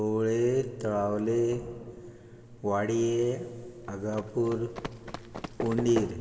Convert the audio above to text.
धोवळे तळावले वाडये आगापूर उंडीर